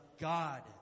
God